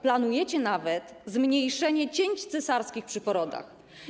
Planujecie nawet zmniejszenie liczby cięć cesarskich przy porodach.